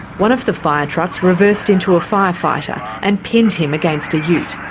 one of the fire trucks reversed into a fire fighter and pinned him against a ute.